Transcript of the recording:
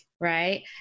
right